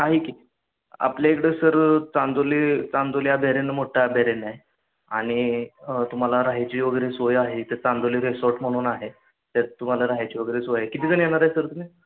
आहे की आपल्या इकडं सर चांदोली चांदोली अभयारण्य मोठं अभयारण्य आहे आणि तुम्हाला राहायची वगैरे सोय आहे इथं चांदोली रिसॉर्ट म्हणून आहे त्यात तुम्हाला राहायची वगैरे सोय आहे किती जण येणार आहे सर तुम्ही